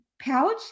Pouch